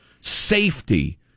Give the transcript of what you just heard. safety